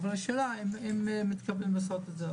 האם מתכוונים לעשות את זה?